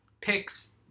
picks